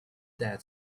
that